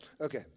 Okay